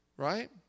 right